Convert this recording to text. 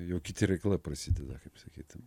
jau kiti reikalai prasideda kaip sakyt